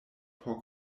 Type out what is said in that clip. por